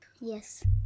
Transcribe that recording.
yes